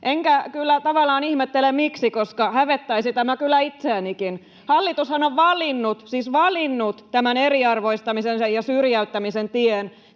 Enkä kyllä tavallaan ihmettele, miksi, koska hävettäisi tämä kyllä itseänikin. Hallitushan on valinnut, siis valinnut, tämän eriarvoistamisen ja syrjäyttämisen tien.